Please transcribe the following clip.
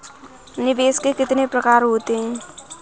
निवेश के कितने प्रकार होते हैं?